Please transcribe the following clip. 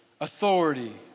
authority